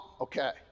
Okay